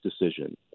decision